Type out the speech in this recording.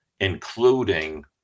including